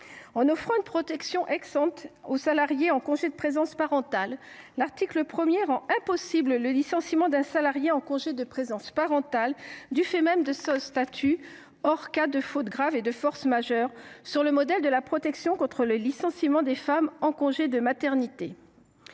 En offrant une protection aux salariés en congé de présence parentale, l’article 1 rend impossible le licenciement d’un salarié en congé de présence parentale du fait même de son statut, hors cas de faute grave et de force majeure, sur le modèle de la protection contre le licenciement des femmes en congé de maternité.